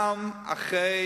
גם אחרי